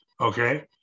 Okay